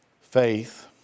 Faith